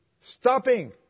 Stopping